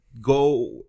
go